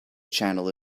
channel